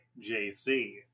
JC